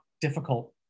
difficult